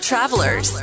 travelers